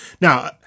now